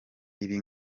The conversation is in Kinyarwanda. ibi